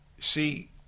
See